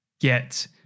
get